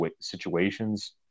situations